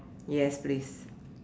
yes please